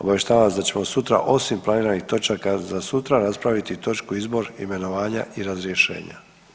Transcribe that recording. Obavještavam vas da ćemo sutra osim planiranih točaka za sutra raspraviti i točku izbor, imenovanja i razrješenja.